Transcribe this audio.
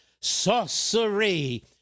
sorcery